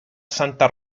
santa